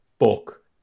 book